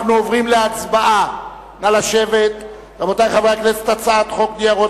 אני שואל אותך, את מסכימה?